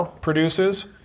produces